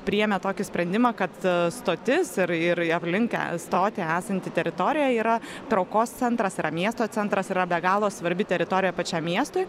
priėmė tokį sprendimą kad stotis ir ir aplink stotį esanti teritorija yra traukos centras yra miesto centras yra be galo svarbi teritorija pačiam miestui